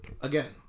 Again